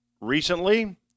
recently